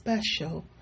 special